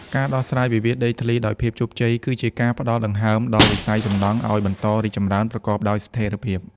ការដោះស្រាយវិវាទដីធ្លីដោយជោគជ័យ គឺជាការផ្ដល់ "ដង្ហើម" ដល់វិស័យសំណង់ឱ្យបន្តរីកចម្រើនប្រកបដោយស្ថិរភាព។